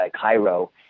Cairo